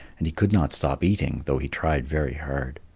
and he could not stop eating, though he tried very hard.